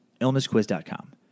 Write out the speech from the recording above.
Illnessquiz.com